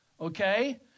okay